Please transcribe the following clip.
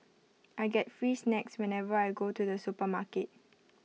I get free snacks whenever I go to the supermarket